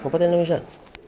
उपकनिमेष